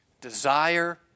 desire